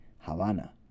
Havana